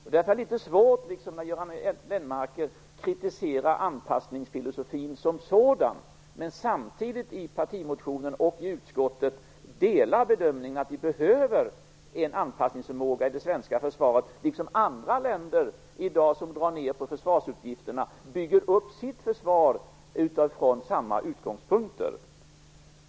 Därför har jag litet svårt när Göran Lennmarker kritiserar anpassningsfilosofin som sådan, samtidigt som han i partimotionen och i utskottet delar bedömningen att vi behöver en anpassningsförmåga i det svenska försvaret. Andra länder som i dag drar ned på försvarsutgifterna bygger upp sitt försvar utifrån samma utgångspunkter.